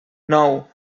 nou